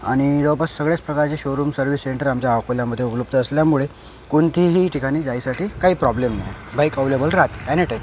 आणि जवळपास सगळेच प्रकारचे शोरूम सर्विस सेंटर आमच्या अकोल्यामध्ये उपलब्ध असल्यामुळे कोणतेही ठिकाणी जायसाठी काही प्रॉब्लेम नाही बाईक अवेलेबल राहते एनीटाईम